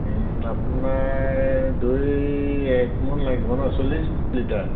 আপোনাৰ দৈ এক মোন লাগিব ন চল্লিচ লিটাৰ